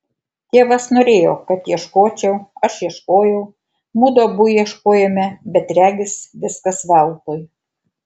tėvas norėjo kad ieškočiau aš ieškojau mudu abu ieškojome bet regis viskas veltui